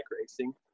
racing